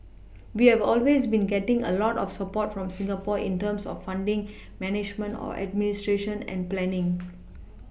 we have always been getting a lot of support from Singapore in terms of funding management or administration and planning